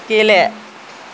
गेले